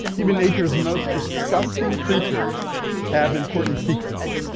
even nature's most disgusting creatures have important secrets,